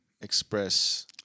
express